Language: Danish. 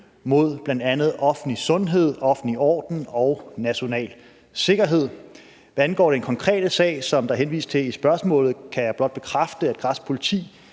mod bl.a. offentlig sundhed, offentlig orden og national sikkerhed. Hvad angår den konkrete sag, som der henvises til i spørgsmålet, kan jeg blot bekræfte, at græsk politi